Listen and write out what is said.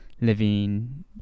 living